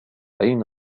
أين